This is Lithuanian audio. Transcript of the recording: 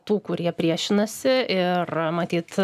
tų kurie priešinasi ir matyt